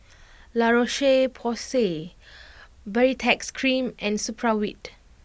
La Roche Porsay Baritex Cream and Supravit